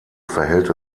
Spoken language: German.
verhält